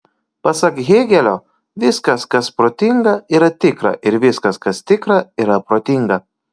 pasak hėgelio viskas kas protinga yra tikra ir viskas kas tikra yra protinga